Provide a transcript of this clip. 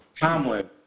Tomlin